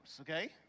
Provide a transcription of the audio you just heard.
okay